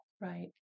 Right